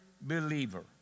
believer